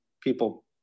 people